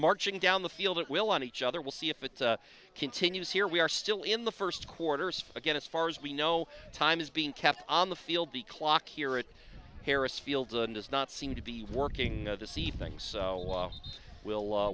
marching down the field at will on each other we'll see if it continues here we are still in the first quarters again as far as we know time is being kept on the field the clock here it harris field and does not seem to be working to see things so we'll